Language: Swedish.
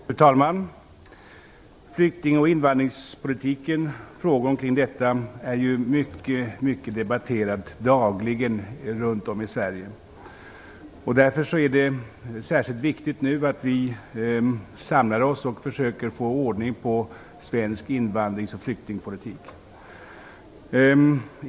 Fru talman! Frågor om flykting och invandringspolitiken debatteras mycket och dagligen runt om i Sverige. Därför är det särskilt viktigt att vi nu samlar oss och försöker få ordning på svensk invandringsoch flyktingpolitik.